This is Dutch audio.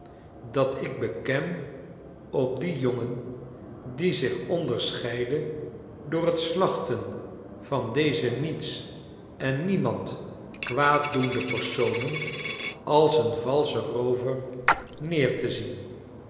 dat ik beken op dien jongen die zich onderscheidde door t slachten van deze niets en niemand kwaaddoende personen als een valschen roover neer te zien